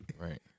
Right